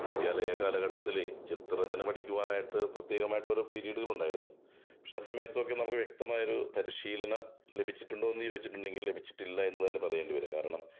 വിദ്യാലയ കാലഘട്ടത്തില് ചിത്ര രചന പഠിക്കുവാനായിട്ട് പ്രത്യേകമായിട്ടൊര് പിരീഡുകളുണ്ടായിരുന്നു പക്ഷേ ആ സമയത്തൊക്കെ വ്യക്തമായൊരു പരിശീലനം ലഭിച്ചിട്ടുണ്ടോന്ന് ചോദിച്ചിട്ടുണ്ടങ്കിൽ ലഭിച്ചിട്ടില്ല എന്ന് തന്നെ പറയേണ്ടി വരും കാരണം